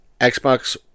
Xbox